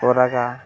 ᱠᱚ ᱨᱟᱜᱟ